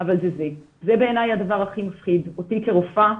זה בעיני הדבר הכי מפחיד אותי כרופאה,